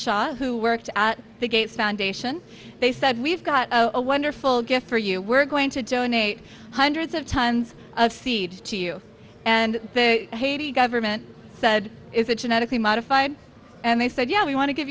shah who worked at the gates foundation they said we've got a wonderful gift for you we're going to donate hundreds of tons of seed to you and haiti government said is a genetically modified and they said yeah we want to give